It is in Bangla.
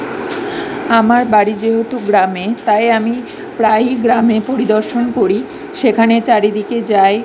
আমার বাড়ি যেহেতু গ্রামে তাই আমি প্রায়ই গ্রামে পরিদর্শন করি সেখানে চারিদিকে যাই